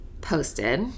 posted